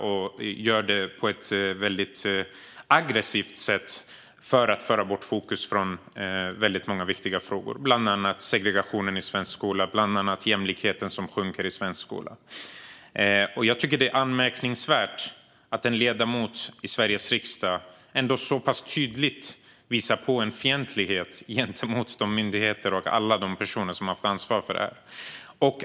De gör det på ett aggressivt sätt för att föra bort fokus från många viktiga frågor, bland annat segregationen i svensk skola och den sjunkande jämlikheten. Jag tycker att det är anmärkningsvärt att en ledamot i Sveriges riksdag ändå så pass tydligt visar en fientlighet gentemot de myndigheter och personer som har haft ansvar för frågan.